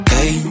Hey